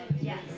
Yes